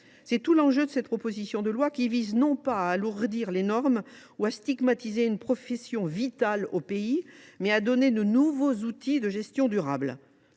C’est tout l’enjeu de cette proposition de loi, qui vise non pas à alourdir les normes ou à stigmatiser une profession vitale pour le pays, mais à nous doter de nouveaux outils de gestion durable.